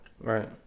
Right